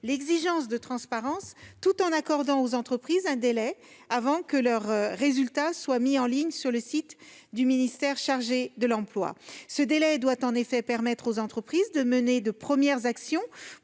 l'exigence de transparence, tout en accordant aux entreprises un délai avant que leurs résultats ne soient mis en ligne sur le site du ministère chargé de l'emploi. Ce délai doit permettre aux entreprises de mener les premières actions